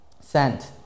sent